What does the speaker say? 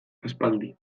aspaldi